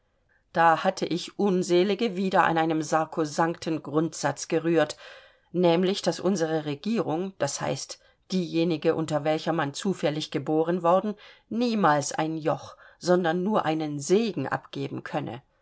da hatte ich unselige wieder an einem sakrosankten grundsatz gerührt nämlich daß unsere regierung d h diejenige unter welcher man zufällig geboren worden niemals ein joch sondern nur einen segen abgeben könne